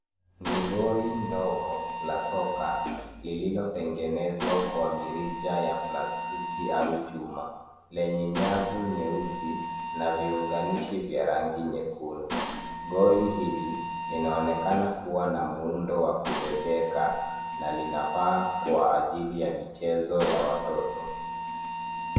Ni goli ndogo la soko lililotengenezwa kwa mirija ya plastiki au chuma, lenye nyavu nyeusi na viunganishi vya rangi nyekundu. Goli hili linaonekana kuwa na muundo wa kubebeka na linafaa kwa ajili ya michezo ya watoto.